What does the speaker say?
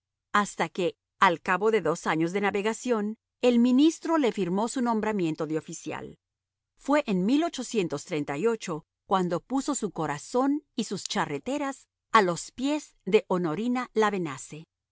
hasta que al cabo de dos años de navegación el ministro le firmó su nombramiento de oficial fue en cuando puso su corazón y sus charreteras a los pies de honorina lavenaze